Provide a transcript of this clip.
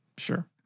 Sure